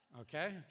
Okay